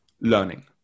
learning